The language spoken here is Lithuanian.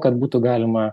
kad būtų galima